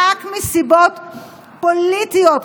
רק מסיבות פוליטיות,